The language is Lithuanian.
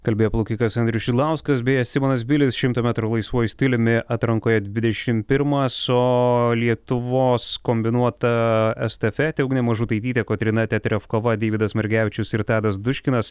kalbėjo plaukikas andrius šidlauskas beje simonas bilis šimto metrų laisvuoju stiliumi atrankoje dvidešim pirmas o lietuvos kombinuota estafetė ugnė mažutaitytė kotryna teterevkoja deividas margevičius ir tadas duškinas